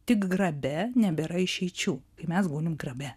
tik grabe nebėra išeičių kai mes gulim grabe